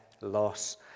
loss